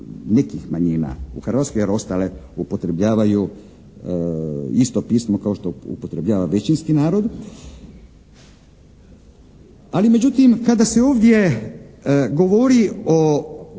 nekih manjina u Hrvatskoj, jer ostale upotrebljavaju isto pismo kao što upotrebljava većinski narod, ali međutim kada se ovdje govorio